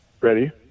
ready